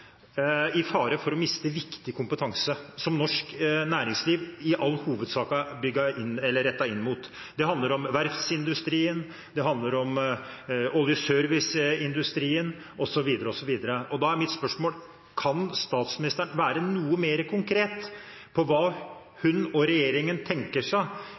for å miste viktig kompetanse som norsk næringsliv i all hovedsak er rettet inn mot. Det handler om verftsindustrien, det handler om olje- og serviceindustrien, osv. osv. Da er mitt spørsmål: Kan statsministeren være noe mer konkret på hva hun og regjeringen tenker seg